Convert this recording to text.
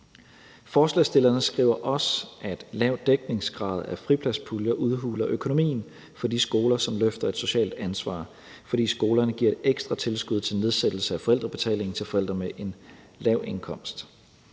Forslagsstillerne skriver også, at lav dækningsgrad af fripladspuljer udhuler økonomien for de skoler, som løfter et socialt ansvar, fordi skolerne giver et ekstra tilskud til nedsættelse af forældrebetalingen til forældre med en lav indkomst.